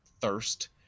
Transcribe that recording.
Thirst